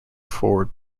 forward